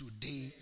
Today